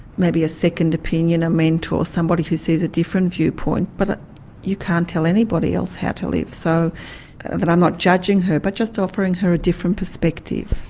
maybe a second opinion, a mentor, somebody who sees a different viewpoint, but you can't tell anybody else how to live, so that i'm not judging her, but just offering her a different perspective.